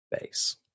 base